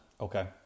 Okay